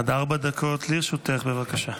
עד ארבע דקות לרשותך, בבקשה.